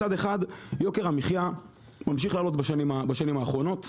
מצד אחד יוקר המחייה ממשיך לעלות בשנים האחרונות.